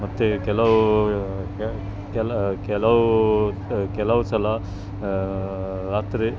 ಮತ್ತು ಕೆಲವು ಕೆಲ ಕೆಲವು ಕೆಲವು ಸಲ ರಾತ್ರಿ